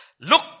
Look